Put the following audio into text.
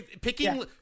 picking